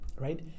right